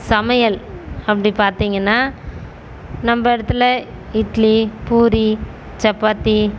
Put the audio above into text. சமையல் அப்படி பார்த்திங்கன்னா நம்ப இடத்துல இட்லி பூரி சப்பாத்தி